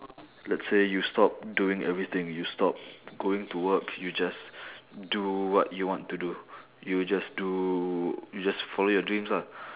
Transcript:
let's say you stop doing everything you stop going to work you just do what you want to do you just do you just follow your dreams ah